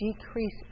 decrease